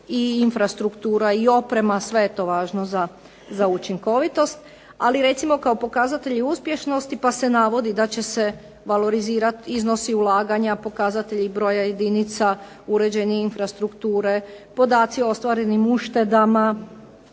i infrastruktura i oprema sve je to važno za učinkovitost, ali recimo kao pokazatelji uspješnosti pa se navodi da će se valorizirati iznosi ulaganja, pokazatelji broja jedinica, uređenje infrastrukture, podaci o ostvarenim uštedama